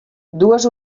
dues